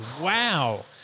Wow